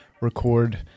record